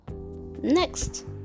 next